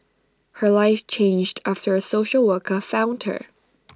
her life changed after A social worker found her